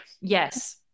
Yes